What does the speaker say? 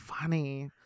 Funny